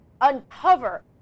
uncover